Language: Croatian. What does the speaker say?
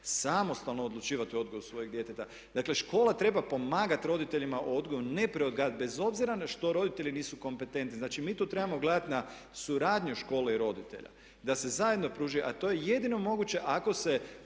Samostalno odlučivati o odgoju svojeg djeteta. Dakle, škola treba pomagati roditeljima o odgoju, ne preodgajati bez obzira što roditelji nisu kompetentni. Znači mi tu trebamo gledati na suradnju škole i roditelja da se zajedno pruži. A to je jedino moguće ako se